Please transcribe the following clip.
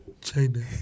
China